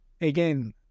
again